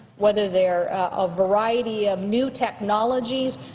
whether they're a variety of new technologies,